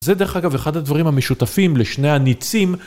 זה דרך אגב אחד הדברים המשותפים לשני הניצים.